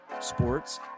sports